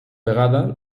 vegada